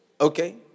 Okay